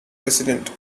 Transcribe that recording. president